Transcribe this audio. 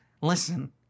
listen